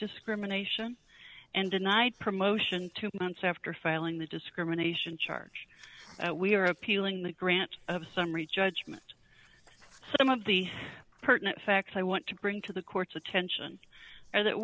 discrimination and denied promotion two months after filing the discrimination charge we are appealing the grant of summary judgment some of the pertinent facts i want to bring to the court's attention are that